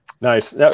Nice